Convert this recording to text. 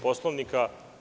Poslovnika.